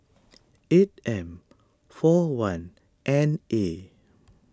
eight M four one N A